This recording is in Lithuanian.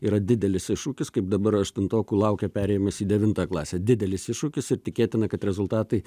yra didelis iššūkis kaip dabar aštuntokų laukia perėjimas į devintą klasę didelis iššūkis ir tikėtina kad rezultatai